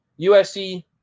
USC